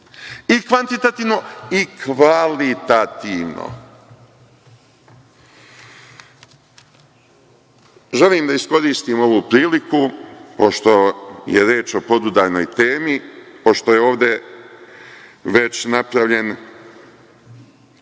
i kvantitativno i kvalitativno. Želim da iskoristim ovu priliku, pošto je reč o podudarnoj temi, pošto je ovde već napravljen